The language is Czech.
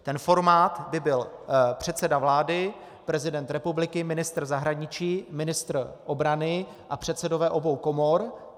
Ten formát by byl předseda vlády, prezident republiky, ministr zahraničí, ministr obrany a předsedové obou komor.